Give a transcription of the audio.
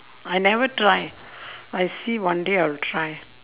I never try I see one day I will try